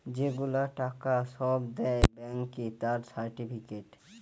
যে গুলা টাকা সব দেয় ব্যাংকে তার সার্টিফিকেট